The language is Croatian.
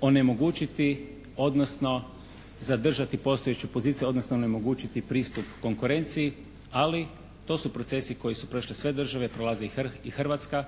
onemogućiti, odnosno zadržati postojeću poziciju, odnosno onemogućiti pristup konkurenciji, ali to su procesi koje su prošle sve države, prolazi i Hrvatska,